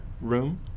room